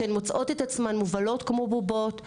שהן מוצאות את עצמן מובלות כמו בובות,